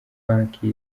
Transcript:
banki